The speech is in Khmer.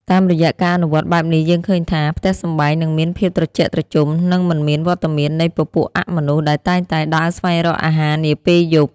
តាមរយៈការអនុវត្តបែបនេះយើងឃើញថា ផ្ទះសម្បែងនឹងមានភាពត្រជាក់ត្រជុំ និងមិនមានវត្តមាននៃពពួកអមនុស្សដែលតែងតែដើរស្វែងរកអាហារនាពេលយប់។